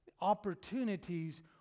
opportunities